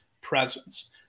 presence